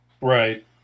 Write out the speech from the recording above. right